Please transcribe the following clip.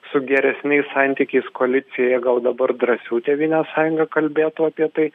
su geresniais santykiais koalicijoje gal dabar drąsiau tėvynės sąjunga kalbėtų apie tai